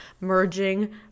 merging